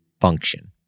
function